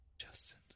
Justin